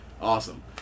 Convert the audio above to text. awesome